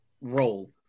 role